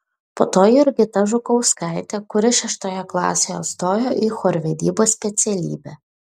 po to jurgita žukauskaitė kuri šeštoje klasėje stojo į chorvedybos specialybę